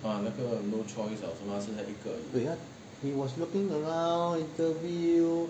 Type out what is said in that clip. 对他 he was looking around interview